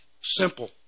Simple